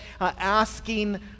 asking